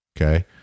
okay